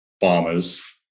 farmers